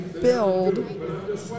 build